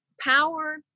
power